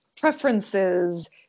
preferences